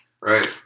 Right